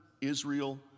Israel